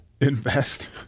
Invest